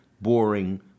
boring